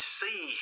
see